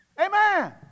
Amen